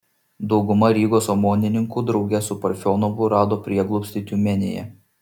dauguma rygos omonininkų drauge su parfionovu rado prieglobstį tiumenėje